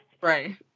Right